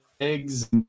Eggs